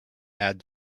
add